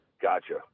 Gotcha